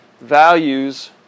values